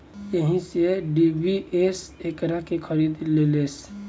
एही से डी.बी.एस एकरा के खरीद लेलस